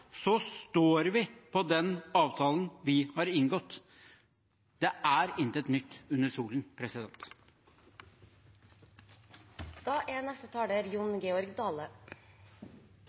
står vi på den avtalen vi har inngått. Det er intet nytt under solen.